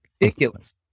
ridiculous